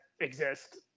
exist